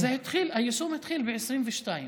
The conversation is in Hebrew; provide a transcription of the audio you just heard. היישום התחיל ב-2022.